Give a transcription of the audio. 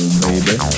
baby